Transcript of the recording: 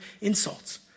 insults